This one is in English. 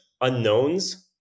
unknowns